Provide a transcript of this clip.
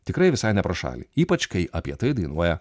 tikrai visai ne pro šalį ypač kai apie tai dainuoja